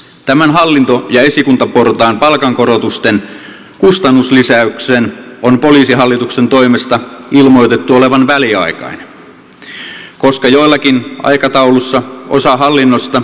tämän hallinto ja esikuntaportaan palkankorotusten kustannuslisäyksen on poliisihallituksen toimesta ilmoitettu olevan väliaikainen koska jollakin aikataululla osa hallinnosta eläköityy